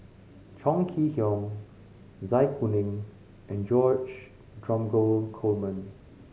Chong Kee Hiong Zai Kuning and George Dromgold Coleman